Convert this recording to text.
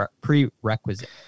prerequisite